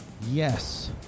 Yes